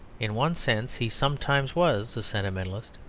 in one sense he sometimes was a sentimentalist.